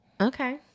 Okay